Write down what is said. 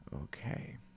Okay